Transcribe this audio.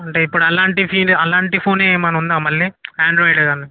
అంటే ఇప్పుడు అలాంటి ఫిన్ అలాంటి ఫోన్ ఏమన్న ఉందా మళ్ళీ ఆండ్రాయిడ్ కానీ